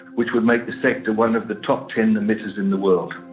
which would make the sector one of the top ten emitters in the world.